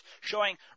showing